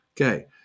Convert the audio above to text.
Okay